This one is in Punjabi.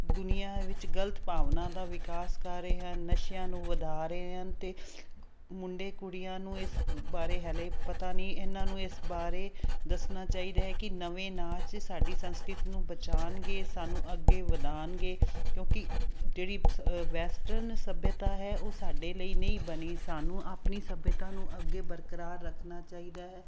ਦੁਨੀਆ ਵਿੱਚ ਗਲਤ ਭਾਵਨਾ ਦਾ ਵਿਕਾਸ ਕਰ ਰਿਹਾ ਨਸ਼ਿਆਂ ਨੂੰ ਵਧਾ ਰਹੇ ਹਨ ਅਤੇ ਮੁੰਡੇ ਕੁੜੀਆਂ ਨੂੰ ਇਸ ਬਾਰੇ ਹਜੇ ਪਤਾ ਨਹੀਂ ਇਹਨਾਂ ਨੂੰ ਇਸ ਬਾਰੇ ਦੱਸਣਾ ਚਾਹੀਦਾ ਕਿ ਨਵੇਂ ਨਾਚ ਸਾਡੀ ਸੰਸਕ੍ਰਿਤ ਨੂੰ ਬਚਾਣਗੇ ਸਾਨੂੰ ਅੱਗੇ ਵਧਾਣਗੇ ਕਿਉਂਕਿ ਜਿਹੜੀ ਵੈਸਟਰਨ ਸੱਭਿਅਤਾ ਹੈ ਉਹ ਸਾਡੇ ਲਈ ਨਹੀਂ ਬਣੀ ਸਾਨੂੰ ਆਪਣੀ ਸੱਭਿਅਤਾ ਨੂੰ ਅੱਗੇ ਬਰਕਰਾਰ ਰੱਖਣਾ ਚਾਹੀਦਾ ਹੈ